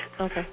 Okay